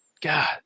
God